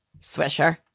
Swisher